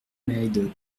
médoc